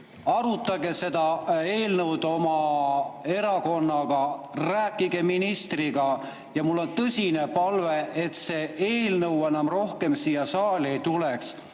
arutage seda eelnõu oma erakonnaga, rääkige ministriga. Mul on tõsine palve, et see eelnõu enam rohkem siia saali ei tuleks,